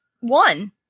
one